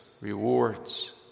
rewards